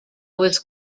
was